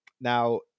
Now